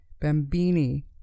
Bambini